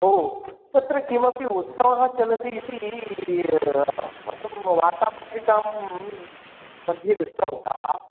ओ तत्र किमपि उत्सवः चलति इति वयं वार्तापत्रिकां मध्ये दृष्टवन्तः